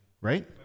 right